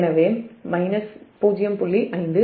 எனவே 0